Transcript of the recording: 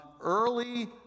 early